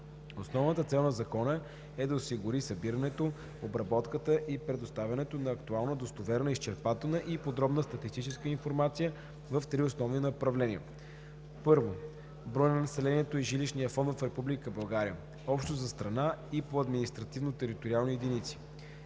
Основната цел на Закона е да осигури събирането, обработката и предоставянето на актуална, достоверна, изчерпателна и подробна статистическа информация в три основни направления: - брой на населението и жилищния фонд в Република България (общо за страната и по административно-териториални единици);